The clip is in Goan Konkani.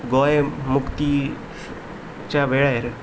गोंय मुक्तीच्या वेळेर